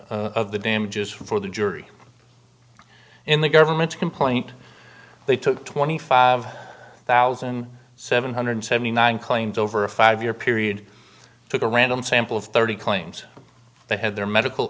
n of the damages for the jury in the government's complaint they took twenty five thousand seven hundred seventy nine claims over a five year period took a random sample of thirty claims they had their medical